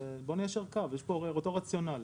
בוא ניישר קו, יש פה הרי אותו רציונל.